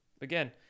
again